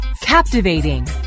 Captivating